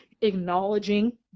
acknowledging